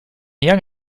young